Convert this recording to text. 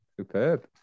Superb